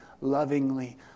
lovingly